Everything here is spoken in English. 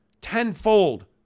tenfold